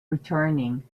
returning